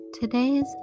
today's